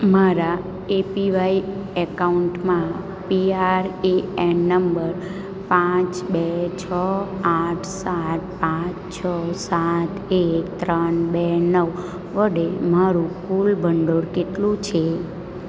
મારા એપીવાય એકાઉન્ટમાં PRAN number પાંચ બે છ આઠ સાત પાંચ છ સાત એક ત્રણ બે નવ વડે મારું કુલ ભંડોળ કેટલું છે